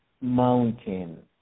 mountain